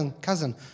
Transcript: cousin